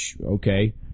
okay